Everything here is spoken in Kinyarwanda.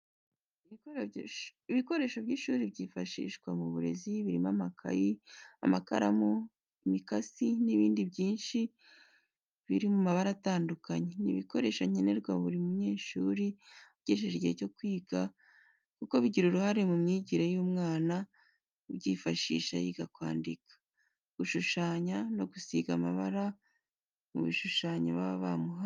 Ibikoresho by'ishuri byifashishwa mu burezi birimo amakaye, amakaramu, imikasi, n'ibindi byinshi birimumabara atandukanye n'ibikoresho nkenerwa kuri buri munyeshuri ugejeje igihe cyo kwiga kuko bigira uruhare mu myigire y'umwana abyifashisha yiga kwandika, gushushanya no gusiga amabara mu bishushanyo baba bamuhaye.